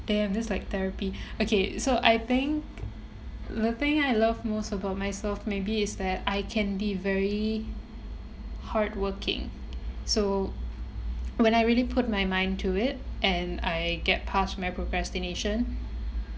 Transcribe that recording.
they have this like therapy okay so I think the thing I love most about myself maybe is that I can be very hardworking so when I really put my mind to it and I get pass my procrastination